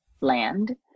land